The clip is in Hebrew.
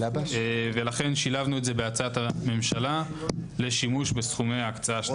לכן שילבנו את זה בהצעת הממשלה לשימוש בסכומי ההקצאה השנתית.